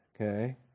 Okay